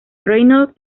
reynolds